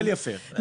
מודל יפה.